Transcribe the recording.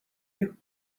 you